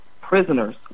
prisoners